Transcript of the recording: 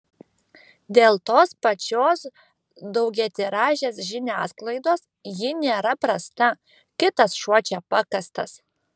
dėl tos pačios daugiatiražės žiniasklaidos ji nėra prasta kitas šuo čia pakastas